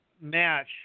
match